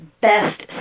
best